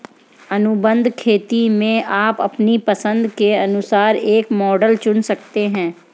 अनुबंध खेती में आप अपनी पसंद के अनुसार एक मॉडल चुन सकते हैं